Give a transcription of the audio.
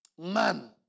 Man